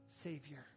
Savior